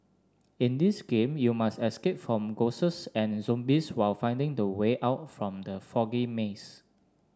in this game you must escape from ghosts and zombies while finding the way out from the foggy maze